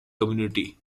community